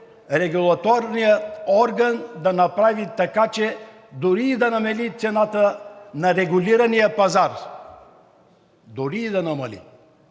регулаторният орган да направи така, че дори и да намали цената на регулирания пазар? Дори да намали!